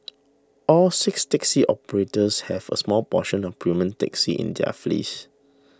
all six taxi operators have a small portion of premium taxis in their fleets